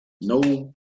no